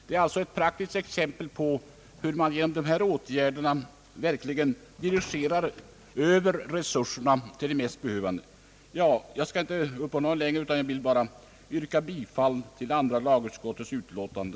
Detta är ett praktiskt exempel som visar hur man genom de ifrågavarande åtgärderna verkligen dirigerar över resurserna till de mest behövande. Jag skall inte uppehålla tiden längre utan vill med det anförda yrka bifall till andra lagutskottets utlåtande.